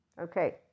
Okay